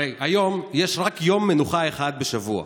הרי היום יש רק יום מנוחה אחד בשבוע,